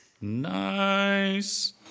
Nice